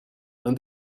and